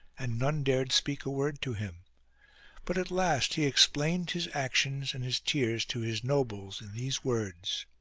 and none dared speak a word to him but at last he explained his actions and his tears to his nobles in these words